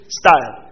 style